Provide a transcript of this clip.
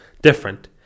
different